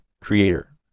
creator